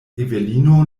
evelino